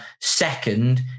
second